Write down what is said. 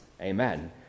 Amen